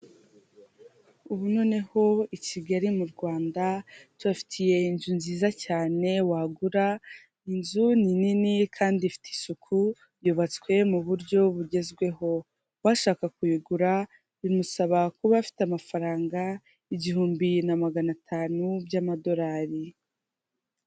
Ubu noneho i Kigali mu Rwanda tubafitiye inzu nziza cyane wagura, inzu nini kandi ifite isuku yubatswe mu buryo bugenzweh, uwashaka kuyigura bimusaba kuba afite amafaranga igihumbi na magana atanu by'amadorari.